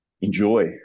enjoy